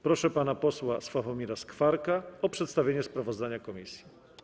Proszę pana posła Sławomira Skwarka o przedstawienie sprawozdania komisji.